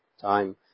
time